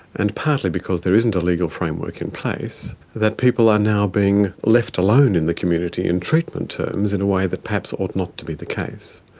and partly because there isn't a legal framework in place, that people are now being left alone in the community in treatment terms in a way that perhaps ought not to be the case.